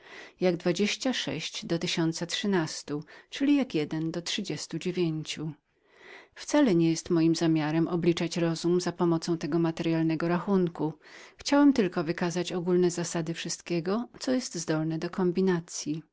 jak dwadzieścia sześć do tysiąca trzynastu czyli jak jeden do trzydziestu dziewięciu wcale nie jest moim zamiarem obliczać rozum za pomocą tego materyalnego rachunku chciałem tylko wykazać ogólne zasady wszystkiego co jest zdolnem do kombinacyi